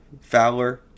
Fowler